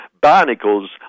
Barnacle's